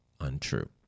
untrue